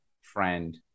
friend